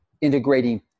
integrating